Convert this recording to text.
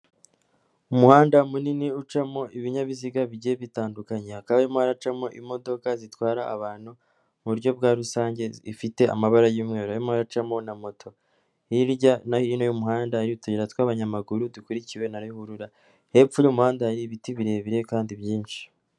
Umuhanda munini ucamo ibinyabiziga bigiye bitandukanyekanya hakaba kabarimo haracamo imodoka zitwara abantu mu buryo bwa rusange ifite amabara y'umweru harimo haracamo na moto, hirya no hino y'umuhanda hari utuyira tw'abanyamaguru dukurikiwe na ruhurura, hepfo y'umuhanda hari ibiti birebire kandi byinshi.